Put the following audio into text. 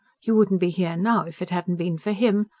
you wouldn't be here now, if it hadn't been for him.